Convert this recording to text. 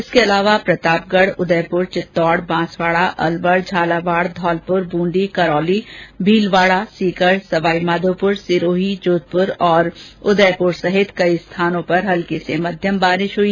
इसके अलावा प्रतापगढ उदयपुर चित्तौड़ बांसवाडा अलवर झालावाड़ धौलपुर बूंदी करौली भीलवाड़ा सीकर सवाईमाधोपुर सिरोही जोधपुर और उदयपुर में कई स्थानों पर हल्की से मध्यम बारिश हई